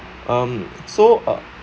um so uh